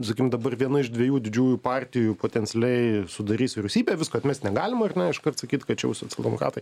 sakykim dabar viena iš dviejų didžiųjų partijų potencialiai sudarys vyriausybę visko atmest negalim ar ne iškart sakyt kad čia jau socialdemokratai